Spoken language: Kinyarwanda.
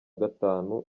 gatanu